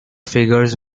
figures